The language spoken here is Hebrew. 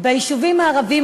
ביישובים ערביים,